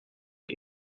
het